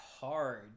hard